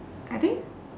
I think